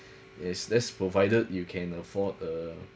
is that's provided you can afford uh